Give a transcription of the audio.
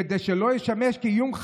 כדי שלא ישמש כאיום,